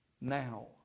now